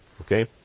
Okay